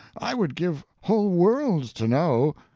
i would give whole worlds to know.